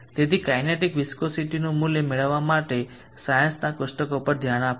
તેથી કાઇનેટિક વિસ્કોસીટીનું મૂલ્ય મેળવવા માટે સાયન્સના કોષ્ટકો પર ધ્યાન આપો